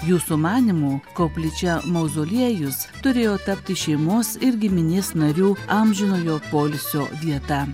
jų sumanymu koplyčia mauzoliejus turėjo tapti šeimos ir giminės narių amžinojo poilsio vieta